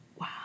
Wow